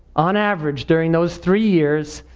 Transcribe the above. on average during those three years,